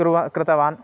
कुर्वन् कृतवान्